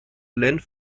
land